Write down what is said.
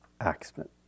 accident